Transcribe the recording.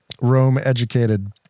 Rome-educated